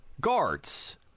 guards